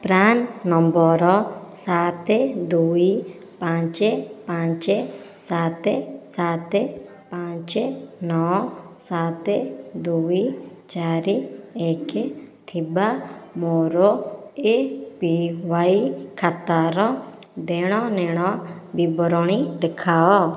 PRAN ନମ୍ବର୍ର ସାତ ଦୁଇ ପାଞ୍ଚ ପାଞ୍ଚ ସାତ ସାତ ପାଞ୍ଚ ନଅ ସାତ ଦୁଇ ଚାରି ଏକ ଥିବା ମୋର ଏ ପି ୱାଇ ଖାତାର ଦେଣନେଣ ବିବରଣୀ ଦେଖାଅ